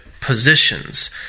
positions